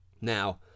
Now